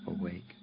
awake